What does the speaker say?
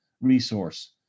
resource